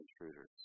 intruders